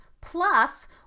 Plus